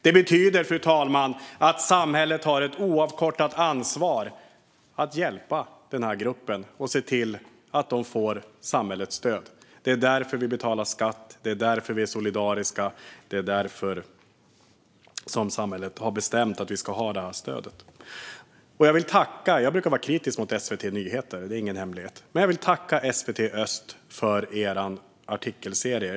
Det betyder, fru talman, att samhället har ett oavkortat ansvar att hjälpa den här gruppen och se till att den får samhällets stöd. Det är därför vi betalar skatt. Det är därför vi är solidariska. Det är därför samhället har bestämt att vi ska ha detta stöd. Det är ingen hemlighet att jag brukar vara kritisk mot SVT Nyheter, men jag vill tacka SVT Öst för deras artikelserie.